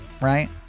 right